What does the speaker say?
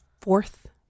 fourth